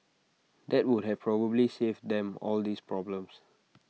that would have probably saved them all these problems